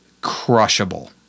crushable